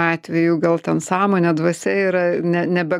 atveju gal ten sąmonė dvasia yra ne nebe